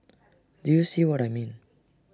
do you see what I mean